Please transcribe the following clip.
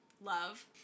love